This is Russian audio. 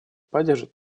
поддержат